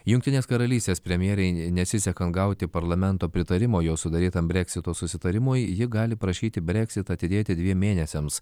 jungtinės karalystės premjerei nesisekant gauti parlamento pritarimo jos sudarytam breksito susitarimui ji gali prašyti breksitą atidėti dviem mėnesiams